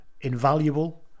invaluable